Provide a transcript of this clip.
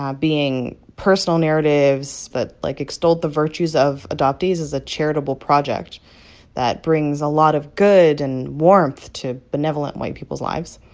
um being personal narratives that, but like, extol the virtues of adoptees as a charitable project that brings a lot of good and warmth to benevolent white peoples' lives.